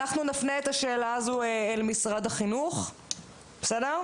אנחנו נפנה את השאלה הזו למשרד החינוך, בסדר?